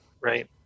right